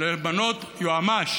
למנות יועמ"ש,